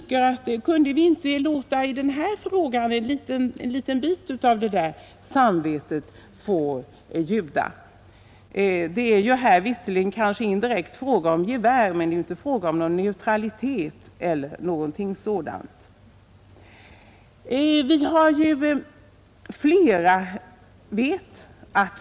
Kunde vi inte i den här frågan låta en liten bit av det där samvetet få ljuda? Det är här visserligen indirekt fråga om gevär, men det är inte fråga om neutralitet eller någonting sådant.